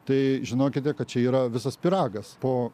tai žinokite kad čia yra visas pyragas po